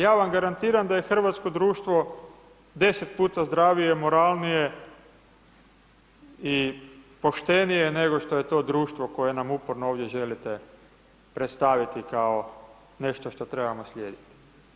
Ja vam garantiram da je hrvatsko društvo deset puta zdravije, moralnije i poštenije nego što je to društvo koje nam uporno ovdje želite predstaviti kao nešto što trebamo slijediti.